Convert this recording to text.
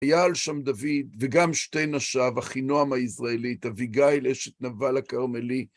היה על שם דוד, וגם שתי נשיו, אחינועם הישראלית, אביגייל אל אשת נבל הכרמלי.